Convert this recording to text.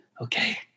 okay